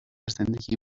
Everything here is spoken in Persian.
زندگی